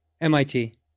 MIT